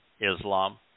Islam